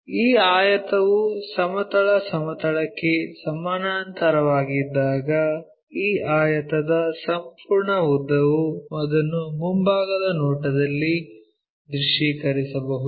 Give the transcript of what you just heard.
ಈ ಆಯತವು ಸಮತಲ ಸಮತಲಕ್ಕೆ ಸಮಾನಾಂತರವಾಗಿದ್ದಾಗ ಈ ಆಯತದ ಸಂಪೂರ್ಣ ಉದ್ದವು ಅದನ್ನು ಮುಂಭಾಗದ ನೋಟದಲ್ಲಿ ದೃಶ್ಯೀಕರಿಸಬಹುದು